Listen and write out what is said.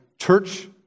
church